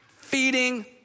feeding